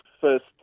first